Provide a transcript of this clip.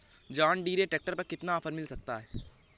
John Deere tractor पर कितना offer मिल सकता है?